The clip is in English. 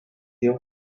you